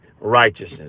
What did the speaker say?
righteousness